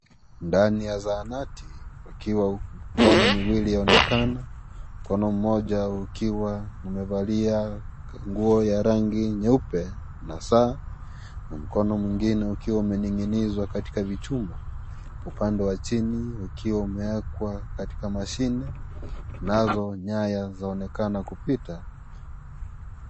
Ndani ya zahanati ukiwa mikono miwili inaonekana mkono moja ukiwa umevalia nguo ya rangi nyeupe na saa na mkono mwingine ukiwa umening'inizwa katika vichuma upande wa chini ukiwa umewekwa katika mashine, nazo nyaya zinaonekana kupita.